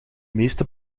meeste